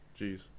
Jeez